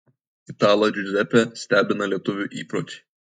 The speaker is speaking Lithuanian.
italą džiuzepę stebina lietuvių įpročiai